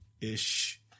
ish